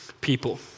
people